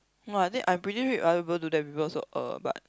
no I think I'm pretty if other people do that people also uh but